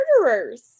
murderers